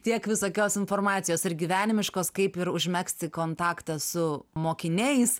tiek visokios informacijos ir gyvenimiškos kaip ir užmegzti kontaktą su mokiniais